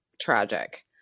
tragic